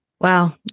Wow